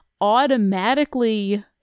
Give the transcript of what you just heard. automatically